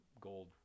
gold